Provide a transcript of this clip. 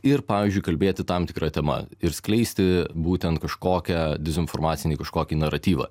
ir pavyzdžiui kalbėti tam tikra tema ir skleisti būtent kažkokią dezinformacinį kažkokį naratyvą